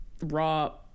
raw